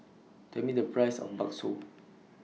Tell Me The Price of Bakso